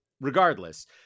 regardless